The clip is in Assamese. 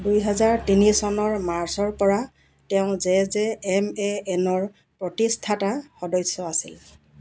দুই হেজাৰ তিনি চনৰ মাৰ্চৰ পৰা তেওঁ জেজেএমএএনৰ প্ৰতিষ্ঠাতা সদস্য আছিল